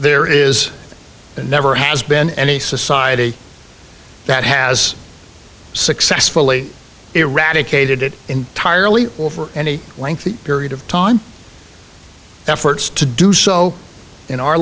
there is and never has been any society that has successfully eradicated it entirely over any lengthy period of time and efforts to do so in our